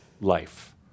life